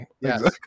yes